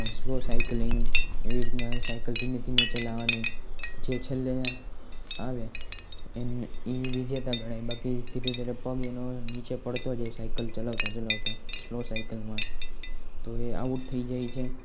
slow cycling એવી રીતના cycle ધીમે ધીમે ચલાવાની જે છેલ્લે આવે એ વિજેતા ગણાય બાકી ધીરે ધીરે પગ એનો નીચે પડતો જાય સાઈકલ ચલાવતા ચલાવતા સ્લો સાઈકલમાં તો એ આઉટ થઈ જાય છે